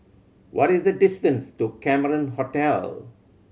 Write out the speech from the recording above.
what is the distance to Cameron Hotel